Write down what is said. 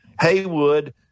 Haywood